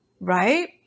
right